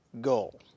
goal